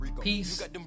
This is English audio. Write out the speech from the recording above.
Peace